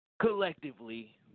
collectively